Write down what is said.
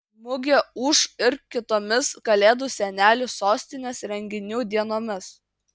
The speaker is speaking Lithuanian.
mugė ūš ir kitomis kalėdų senelių sostinės renginių dienomis